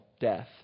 death